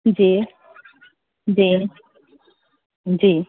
जी जी जी